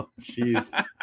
Jeez